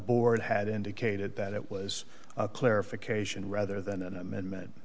board had indicated that it was a clarification rather than an amendment